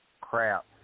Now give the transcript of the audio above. crap